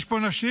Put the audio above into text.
יש פה נשים?